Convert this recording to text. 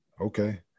okay